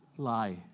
lie